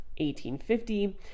1850